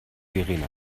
verena